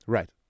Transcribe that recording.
Right